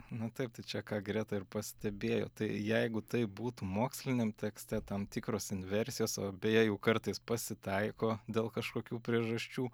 na taip tai čia ką greta ir pastebėjo tai jeigu taip būtų moksliniam tekste tam tikros inversijos o beje jų kartais pasitaiko dėl kažkokių priežasčių